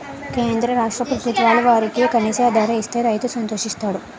కేంద్ర రాష్ట్ర ప్రభుత్వాలు వరికి కనీస ధర ఇస్తే రైతు సంతోషిస్తాడు